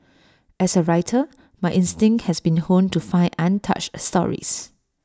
as A writer my instinct has been honed to find untouched stories